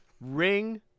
Ring